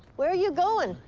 where are you going?